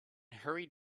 hurried